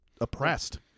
oppressed